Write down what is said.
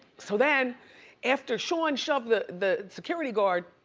so then after sean shoved the the security guard,